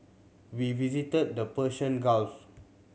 we visited the Persian Gulf